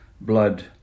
blood